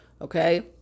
Okay